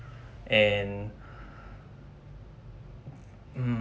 and um